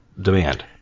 demand